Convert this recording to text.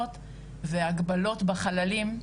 הראשונות והגבלות בחללים,